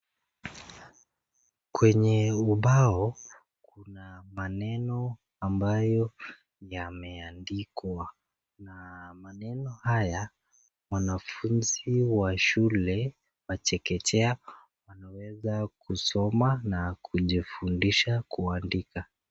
Kwenye ubao kuna maneno ambayo yameandikwa na maneno haya wanafunzi wa shule ya chekechea wanaweza kusoma na kujifundisha kuandika.